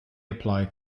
applied